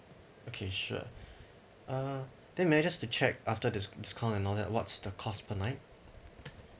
okay sure uh then may I just to check after dis~ discount and all that what's the cost per night